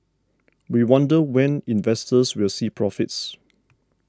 we wonder when investors will see profits